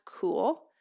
cool